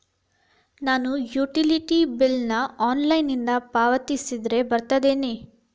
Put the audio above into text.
ನಾನು utility bill ನ ಆನ್ಲೈನಿಂದ ಪಾವತಿಸಿದ್ರ ಬರ್ತದೇನು?